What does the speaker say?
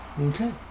Okay